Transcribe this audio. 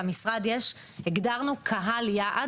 למשרד יש קהל יעד